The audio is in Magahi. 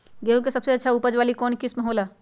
गेंहू के सबसे अच्छा उपज वाली कौन किस्म हो ला?